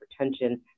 hypertension